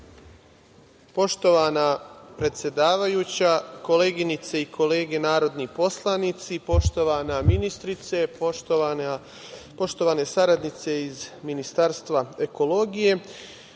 Poštovana predsedavajuća, koleginice i kolege narodni poslanici, poštovana ministrice, poštovane saradnice iz Ministarstva ekologije,